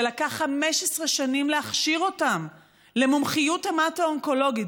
שלקח 15 שנים להכשיר אותם למומחיות המטו-אונקולוגית,